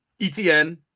Etn